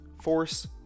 force